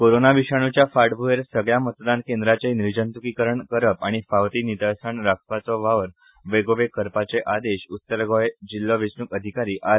कोरोना विषाणूच्या फाटभूंयेर सगळ्या मतदान केंद्राचे निर्जंतूकीकरण करप आनी फावो ती नितळसाण राखपाचो वावर बेगोबेग करपाचे आदेश उत्तर गोंय जिल्लो वेचणूक अधिकारी आर